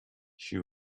she